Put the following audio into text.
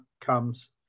comes